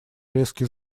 резкий